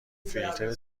فیلتر